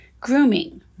grooming